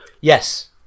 Yes